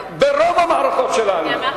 ברוב המערכות שלנו.